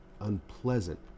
unpleasant